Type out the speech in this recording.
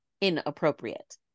inappropriate